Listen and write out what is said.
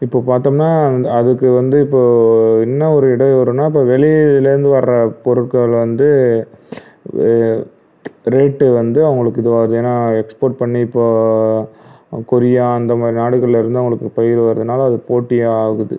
இப்போது பார்த்தோம்னா அந்த அதுக்கு வந்து இப்போது என்ன ஒரு இடையூறுனால் இப்போது வெளிலருந்து வர பொருட்கள் வந்து ரேட்டு வந்து அவங்களுக்கு இதுவாகுது ஏனால் எக்ஸ்போர்ட் பண்ணி இப்போது கொரியா அந்தமாதிரி நாடுகள்லிருந்து அவங்களுக்கு பயிர் வருதுனாலே அது போட்டியாக ஆகுது